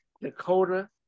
Dakota